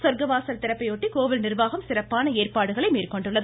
சொர்க்கவாசல் திறப்பையொட்டி கோவில் நிர்வாகம் சிறப்பான ஏற்பாடுகளை மேற்கொண்டுள்ளது